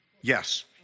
Yes